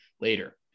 later